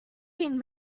been